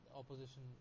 opposition